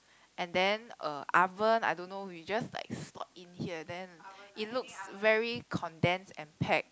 and then uh oven I don't know you just like slot in here then it looks very condensed and packed